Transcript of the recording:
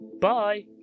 Bye